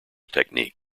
technique